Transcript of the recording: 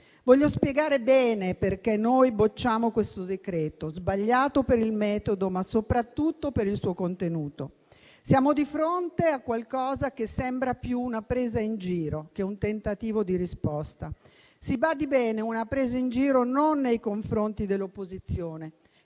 Voglio spiegare bene perché noi bocciamo questo decreto, sbagliato per il metodo, ma soprattutto per il suo contenuto. Siamo di fronte a qualcosa che sembra più una presa in giro che un tentativo di risposta; si badi bene, una presa in giro non nei confronti dell'opposizione,